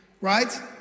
right